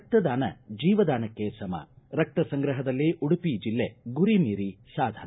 ರಕ್ತ ದಾನ ಜೀವದಾನಕ್ಕೆ ಸಮ ರಕ್ತ ಸಂಗ್ರಹದಲ್ಲಿ ಉಡುಪಿ ಜಿಲ್ಲೆ ಗುರಿ ಮೀರಿ ಸಾಧನೆ